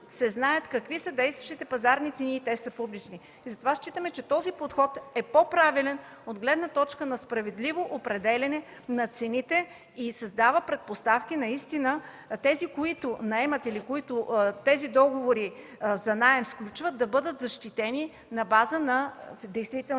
се знае какви са действащите пазарни цени, те са публични. Затова считаме, че този подход е по-правилен от гледна точка на справедливо определяне на цените и създава предпоставки наистина тези, които наемат или тези, които сключват тези договори за наем, да бъдат защитени на база на действителния